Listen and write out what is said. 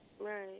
Right